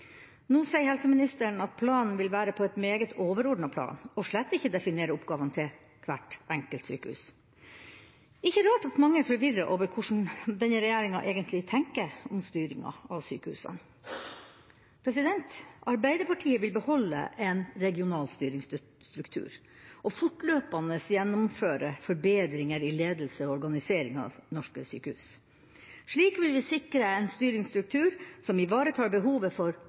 Nå sier helseministeren at planen vil være på et meget overordnet plan og slett ikke definere oppgavene til hvert enkelt sykehus. Det er ikke rart at mange er forvirret over hvordan denne regjeringa egentlig tenker om styringa av sykehusene. Arbeiderpartiet vil beholde en regional styringsstruktur og fortløpende gjennomføre forbedringer i ledelse og organisering av norske sykehus. Slik vil vi sikre en styringsstruktur som ivaretar behovet for